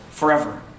Forever